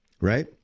right